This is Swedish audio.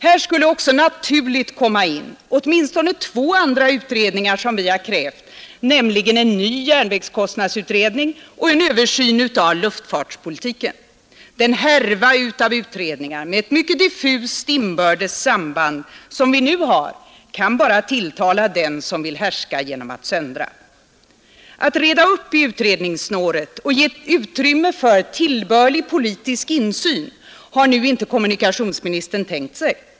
Här skulle också naturligt komma in åtminstone två andra utredningar som vi har krävt, nämligen en ny järnvägskostnadsutredning och en översyn av luftfartspolitiken. Den härva av utredningar med ett mycket diffust inbördes samband som vi nu har kan bara tilltala dem som vill härska genom att söndra. Att reda upp i utredningssnåret och ge utrymme för tillbörlig politisk insyn har nu inte kommunikationsministern tänkt sig.